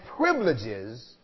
privileges